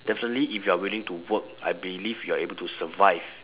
definitely if you're willing to work I believe you're able to survive